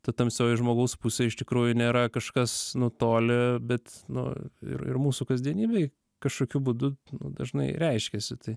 ta tamsioji žmogaus pusė iš tikrųjų nėra kažkas nutolę bet nu ir ir mūsų kasdienybėj kažkokiu būdu nu dažnai reiškiasi tai